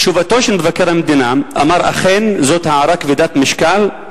תשובתו של מבקר המדינה אמרה: אכן זאת הערה כבדת משקל,